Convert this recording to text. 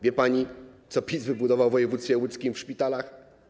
Wie pani, co PiS wybudował w województwie łódzkim w szpitalach?